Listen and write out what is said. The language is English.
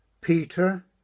Peter